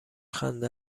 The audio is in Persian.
خنده